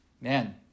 Man